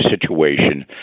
situation